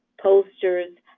posters,